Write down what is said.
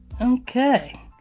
Okay